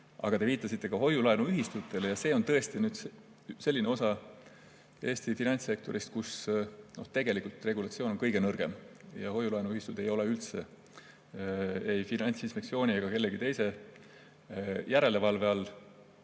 Aga te viitasite ka hoiu-laenuühistutele ja see on tõesti selline osa Eesti finantssektorist, kus regulatsioon on kõige nõrgem. Hoiu-laenuühistud ei ole üldse ei Finantsinspektsiooni ega kellegi teise järelevalve all.